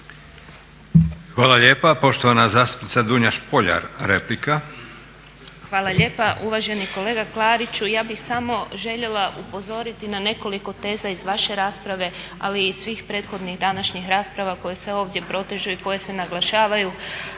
Hvala lijepa. Poštovana zastupnica Dunja Špoljar, replika. **Špoljar, Dunja (SDP)** Hvala lijepa, uvaženi kolega Klariću, ja bih samo željela upozoriti na nekoliko teza iz vaše rasprave ali i iz svih prethodnih današnjih rasprava koje se ovdje protežu i koje se naglašavaju